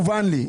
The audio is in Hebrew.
מובן לי,